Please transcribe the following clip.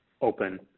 open